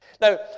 Now